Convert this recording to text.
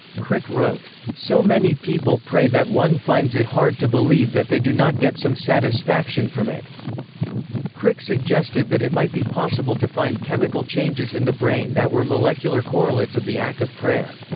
crick wrote so many people pray that one finds it hard to believe that they do not get some satisfaction from it crick suggested that it might be possible to find chemical changes in the brain that were molecular correlates of the act of prayer.